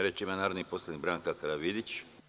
Reč ima narodni poslanik Branka Karavidić.